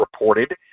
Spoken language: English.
reported